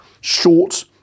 short